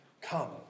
come